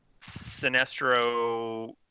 sinestro